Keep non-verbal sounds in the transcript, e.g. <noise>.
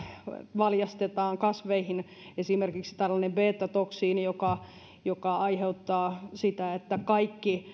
valjastetaan kasveihin esimerkiksi tällainen beetatoksiini joka joka aiheuttaa sitä että kaikki <unintelligible>